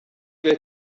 will